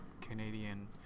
Canadian